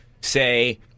say